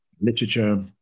literature